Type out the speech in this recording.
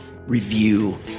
review